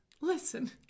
listen